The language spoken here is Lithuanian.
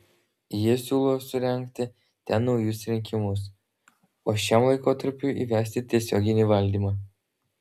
jie siūlo surengti ten naujus rinkimus o šiam laikotarpiui įvesti tiesioginį valdymą